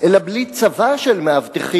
אלא בלי צבא של מאבטחים,